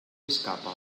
escapa